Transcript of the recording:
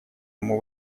ему